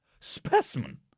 Specimen